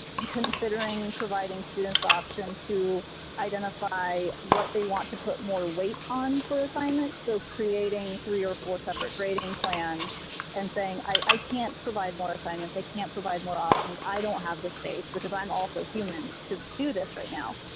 considering providing students option to identify what they want to put more weight on for assignments. so creating three or four separate grading plans and saying, i can't provide more assignments. i can't provide more options. i don't have the space, because i'm also human, to do this right now,